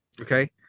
Okay